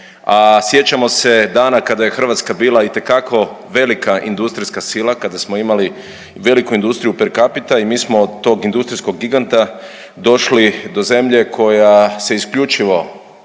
sjećamo se dana kada je Hrvatska bila itekako velika industrijska sila, kada smo imali veliku industriju per kapita i mi smo od tog industrijskog giganta došli do zemlje koja se isključivo